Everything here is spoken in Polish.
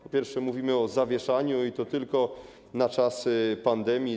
Po pierwsze, mówimy o zawieszaniu, i to tylko na czas pandemii.